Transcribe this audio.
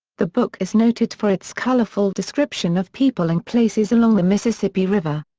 the book is noted for its colorful description of people and places along the mississippi river.